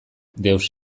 deus